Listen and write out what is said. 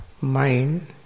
mind